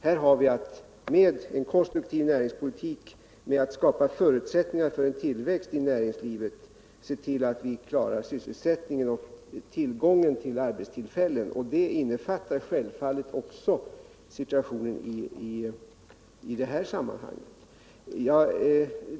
Här har vi att med en konstruktiv näringspolitik skapa förutsättningar för en tillväxt i näringslivet och se till att sysselsättningen och tillgången till arbetstillfällen upprätthålls. Det innefattar självfallet också situationen i det här sammanhanget.